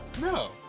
No